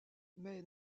mais